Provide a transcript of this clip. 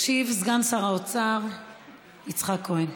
ישיב סגן שר האוצר יצחק כהן,